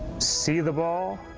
see the ball,